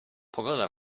pogoda